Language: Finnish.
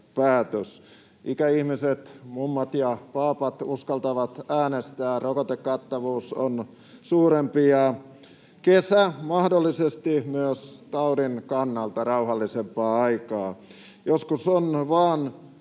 Ikäihmiset, mummat ja paapat, uskaltavat äänestää, rokotekattavuus on suurempi ja kesä mahdollisesti myös taudin kannalta rauhallisempaa aikaa. Joskus vain